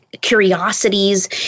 curiosities